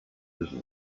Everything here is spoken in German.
besucht